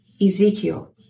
Ezekiel